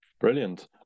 Brilliant